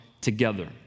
together